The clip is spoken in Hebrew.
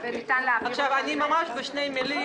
וניתן להעביר אותה --- ממש בשתי מילים